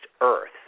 Earth